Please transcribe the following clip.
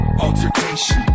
altercation